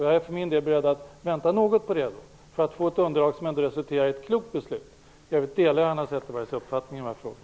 Jag är för min del beredd att vänta något på ett underlag som ändå resulterar i ett klokt beslut. I övrigt delar jag Hanna Zetterbergs uppfattning i dessa frågor.